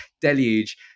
deluge